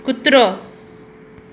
कुत्रो